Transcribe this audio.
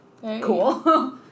cool